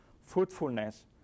fruitfulness